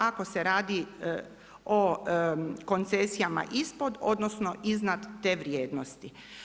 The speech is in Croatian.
Ako se radi o koncesijama ispod, odnosno iznad te vrijednosti.